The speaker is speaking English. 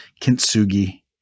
Kintsugi